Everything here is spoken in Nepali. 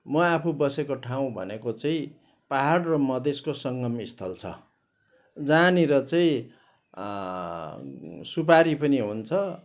म आफू बसेको ठाउँ भनेको चाहिँ पाहाड र मधेसको सङ्गम स्थल छ जहाँनिर चाहिँ सुपारी पनि हुन्छ